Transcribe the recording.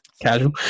Casual